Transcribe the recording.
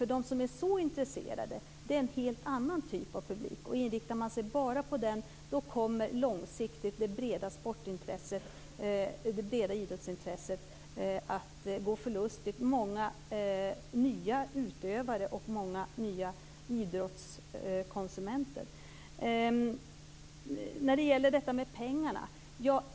De som är så intresserade är en helt annan typ av publik. Inriktar man sig bara på den kommer långsiktigt det breda sportintresset och idrottsintresset att gå förlustigt många nya utövare och idrottskonsumenter. Så till detta med pengarna.